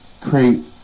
create